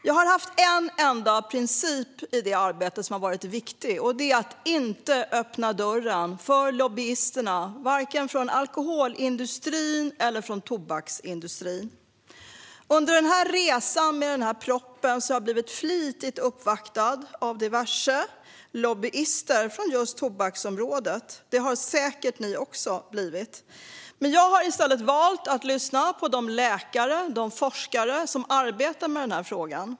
Jag har haft en viktig princip i detta arbete: att inte öppna dörren för lobbyisterna från vare sig alkoholindustrin eller tobaksindustrin. Under resan med propositionen har jag blivit flitigt uppvaktad av diverse lobbyister från just tobaksområdet, och det har säkert ni också blivit. Men jag har valt att i stället lyssna på de läkare och forskare som arbetar med frågan.